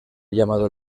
llamado